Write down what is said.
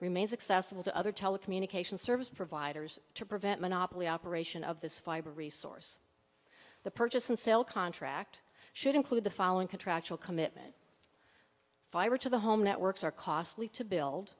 remains accessible to other telecommunications service providers to prevent monopoly operation of this fiber resource the purchase and sale contract should include the following contractual commitment fiber to the home networks are costly to build